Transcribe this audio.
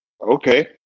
okay